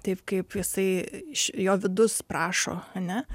taip kaip jisai iš jo vidus prašo ane